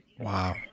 Wow